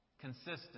consistent